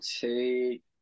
take